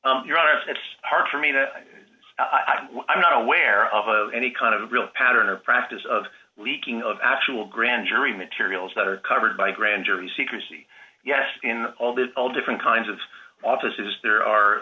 this your honor it's hard for me to i'm i'm not aware of any kind of real pattern or practice of leaking of actual grand jury materials that are covered by grand jury secrecy yes in all the all different kinds of offices there are